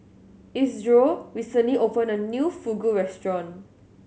Isidro recently open a new Fugu Restaurant